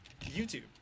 YouTube